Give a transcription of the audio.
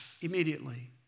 immediately